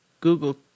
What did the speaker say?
Google